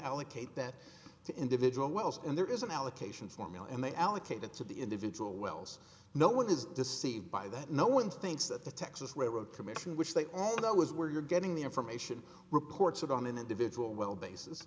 allocate that to individual wells and there is an allocation formula and they allocate it to the individual wells no one is deceived by that no one thinks that the texas railroad commission which they all know is where you're getting the information reports of on an individual well basis